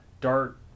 dart